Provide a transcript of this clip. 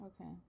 okay